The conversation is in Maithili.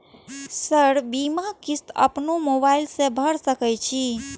सर बीमा किस्त अपनो मोबाईल से भर सके छी?